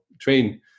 train